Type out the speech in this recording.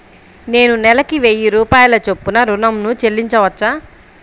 నేను నెలకు వెయ్యి రూపాయల చొప్పున ఋణం ను చెల్లించవచ్చా?